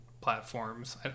platforms